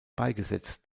beigesetzt